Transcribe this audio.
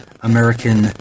American